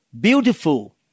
beautiful